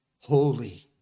holy